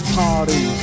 party